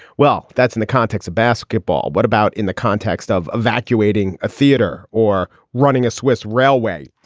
well, that's in the context of basketball. what about in the context of evacuating a theater or running a swiss railway?